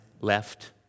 left